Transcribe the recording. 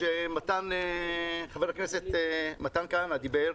האכלוס, שחבר הכנסת מתן כהנא דיבר,